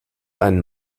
einen